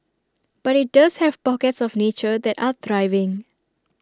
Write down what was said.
but IT does have pockets of nature that are thriving